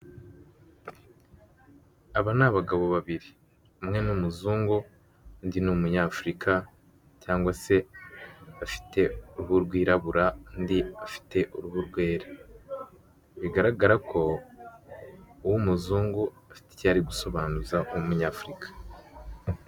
Aba ni abagabo babiri. Umwe ni umuzungu, undi ni umunyafurika cyangwa se afite uruhu umwirabura undi afite uruhu rwera. Bigaragara ko uw'umuzungu afite icyo ari gusobanuza umunyafurika.